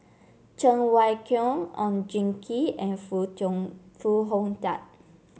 Cheng Wai Keung Oon Jin Gee and Foo Tong Foo Hong Tatt